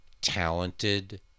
talented